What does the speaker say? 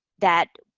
that,